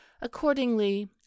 accordingly